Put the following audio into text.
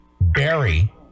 Barry